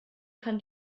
kann